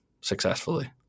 successfully